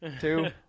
two